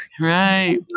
Right